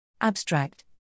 Abstract